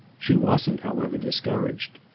she wasn't, however, discouraged.